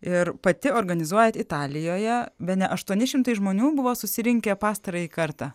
ir pati organizuojat italijoje bene aštuoni šimtai žmonių buvo susirinkę pastarąjį kartą